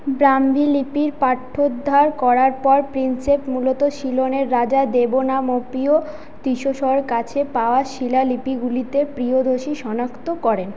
ব্রাহ্মীলিপির পাঠ্যোদ্ধার করার পর প্রিন্সেপ মূলত সিলনের রাজা দেবনামপ্রিয় কাছে পাওয়া শিলালিপিগুলিতে শনাক্ত করেন